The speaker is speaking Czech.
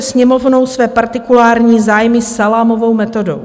Sněmovnou své partikulární zájmy salámovou metodou.